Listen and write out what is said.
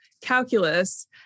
calculus